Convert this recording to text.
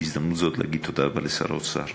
בהזדמנות הזאת להגיד תודה רבה לשר האוצר.